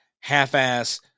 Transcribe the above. half-ass